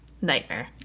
Nightmare